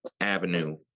Avenue